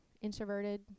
introverted